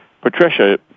Patricia